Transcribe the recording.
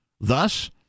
Thus